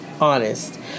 Honest